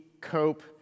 cope